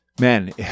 man